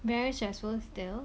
very stressful still